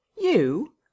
You